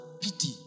pity